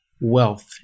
wealth